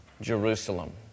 Jerusalem